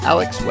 Alex